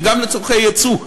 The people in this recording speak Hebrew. וגם לצורכי יצוא.